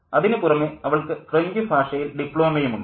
അതിനു പുറമേ അവൾക്ക് ഫ്രഞ്ചു ഭാഷയിൽ ഡിപ്ലോമയും ഉണ്ട്